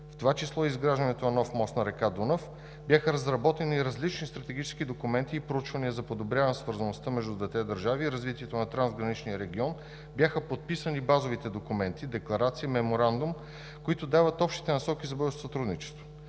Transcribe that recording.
в това число и изграждането на нов мост над река Дунав. Бяха разработени и различни стратегически документи и проучвания за подобряване свързаността между двете държави и развитието на трансграничния регион, бяха подписани базовите документи – декларация и меморандум, които дават общите насоки за бъдещото сътрудничество.